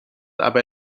aber